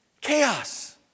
Chaos